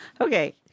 Okay